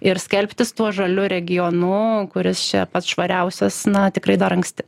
ir skelbtis tuo žaliu regionu kuris čia pats švariausias na tikrai dar anksti